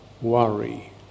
worry